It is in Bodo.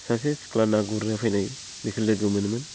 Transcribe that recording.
सासे सिख्ला ना गुरनो फैनाय बेखौ लोगो मोनोमोन